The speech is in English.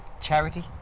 charity